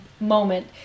moment